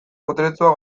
boteretsua